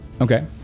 Okay